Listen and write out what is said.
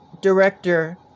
director